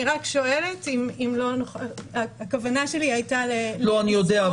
אני רק שואלת הכוונה שלי הייתה --- אני יודע.